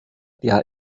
der